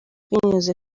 binyuze